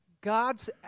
God's